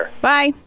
Bye